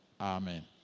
Amen